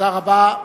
תודה רבה.